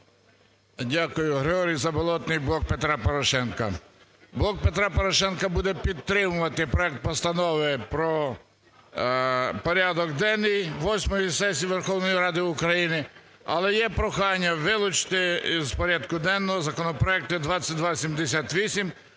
Дякую. Григорій Заболотний, "Блок Петра Порошенка". "Блок Петра Порошенка" буде підтримувати проект Постанови про порядок денний восьмої сесії Верховної Ради України. Але є прохання вилучити із порядку денного законопроекти 2278